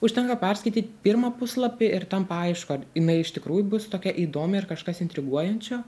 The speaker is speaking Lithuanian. užtenka perskaityt pirmą puslapį ir tampa aišku ar jinai iš tikrųjų bus tokia įdomi ir kažkas intriguojančio